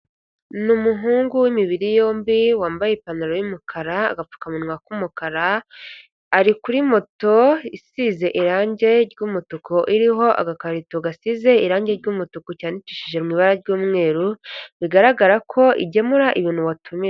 Ni umuhungu w'imibiri yombi wambaye ipantaro y'umukara, agapfukamunwa k'umukara , ari kuri moto isize irangi ry'umutuku iriho agakarito gasize irangi ry'umutuku cyandikishije mu ibara ry'umweru, bigaragara ko igemura ibintu watumije.